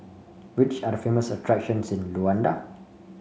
which are the famous attractions in Luanda